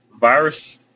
virus